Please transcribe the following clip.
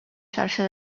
xarxa